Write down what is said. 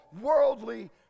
worldly